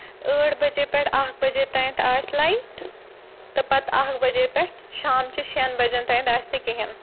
ٲٹھ بَجے پٮ۪ٹھ اَکھ بجے تانٮ۪ھ آسہِ لایٹ تہٕ پَتہٕ اَکھ بَجے پٮ۪ٹھ شامچہِ شیٚن بَجَن تانٮ۪تھ آسہِ نہٕ کِہیٖنۍ